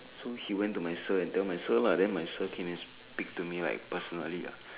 so he went to my sir and tell my sir lah then my sir came and speak to me like personally uh